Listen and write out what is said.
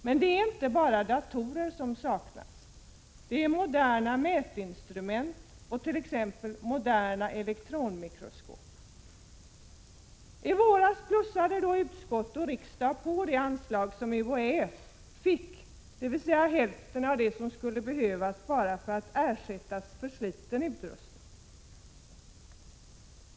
Men inte bara datorer saknas, utan även moderna mätinstrument och moderna elektronmikroskop. I våras plussade utskott och riksdag på det anslag som UHÄ fick till 152 miljoner, dvs. hälften av det som skulle behövas för att ersätta försliten utrustning.